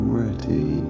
ready